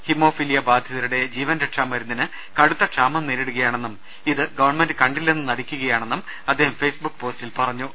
haemophilia ബാധിതരുടെ ജീവൻരക്ഷാ മരുന്നിന് കടുത്ത ക്ഷാമം നേരിടുകയാണെന്നും ഇത് ഗവൺമെന്റ് കണ്ടില്ലെന്ന് നടിക്കുകയാണെന്നും അദ്ദേഹം ഫെയ്സ്ബുക്ക് പോസ്റ്റിൽ പറഞ്ഞു